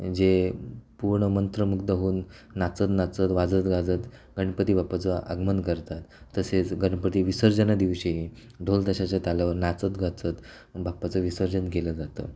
जे पूर्ण मंत्रमुग्ध होऊन नाचतनाचत वाजत गाजत गणपती बाप्पाचं आगमन करतात तसेच गनपती विसर्जनादिवशी ढोलताशाच्या तालावर नाचत गाचत बाप्पाचं विसर्जन केलं जातं